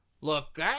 look